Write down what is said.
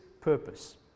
purpose